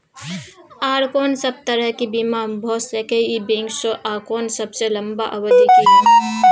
आर कोन सब तरह के बीमा भ सके इ बैंक स आ कोन सबसे लंबा अवधि के ये?